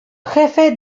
jefe